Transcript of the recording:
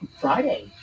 Friday